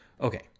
Okay